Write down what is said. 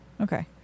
Okay